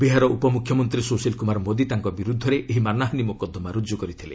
ବିହାର ଉପମ୍ରଖ୍ୟମନ୍ତ୍ରୀ ସ୍ରଶୀଲ କୁମାର ମୋଦୀ ତାଙ୍କ ବିରୃଦ୍ଧରେ ଏହି ମାନହାନୀ ମକଦ୍ଦମା ରୁକ୍କୁ କରିଥିଲେ